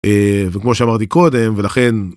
וכמו שאמרתי קודם ולכן.